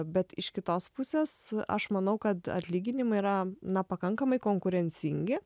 bet iš kitos pusės aš manau kad atlyginimai yra na pakankamai konkurencingi